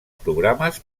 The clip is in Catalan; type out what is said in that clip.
programes